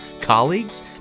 colleagues